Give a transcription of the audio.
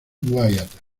wyatt